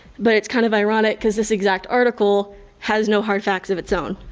but it's kind of ironic because this exact article has no hard facts of its own.